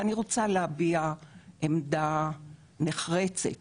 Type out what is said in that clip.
ואני רוצה להביע עמדה נחרצת